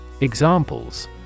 Examples